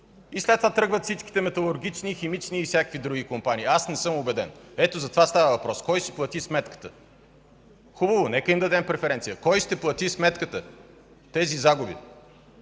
И след това тръгват всичките – металургични, химични и всякакви други компании. Аз не съм убеден! Ето, за това става въпрос – кой ще плати сметката! Хубаво, нека им дадем преференция, но кой ще плати сметката, тези загуби?!